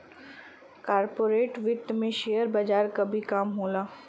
corporate वित्त में share बजार क भी काम होला